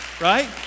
right